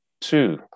Two